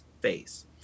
face